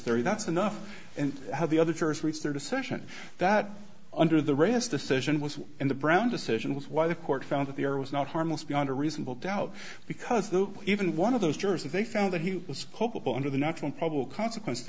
there that's enough and how the other jurors reached their decision that under the rays decision was in the brown decision was why the court found that there was not harmless beyond a reasonable doubt because the even one of those jurors if they found that he spoke up under the natural probable consequence